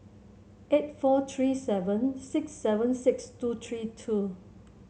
eight four three seven six seven six two three two